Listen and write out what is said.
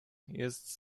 jest